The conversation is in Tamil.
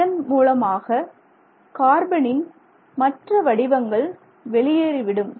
இதன் மூலமாக கார்பனின் மற்ற வடிவங்கள் வெளியேறிவிடும்